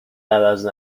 عوض